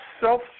self